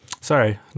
Sorry